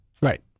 Right